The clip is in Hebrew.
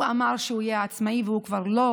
הוא אמר שהוא יהיה עצמאי והוא כבר לא,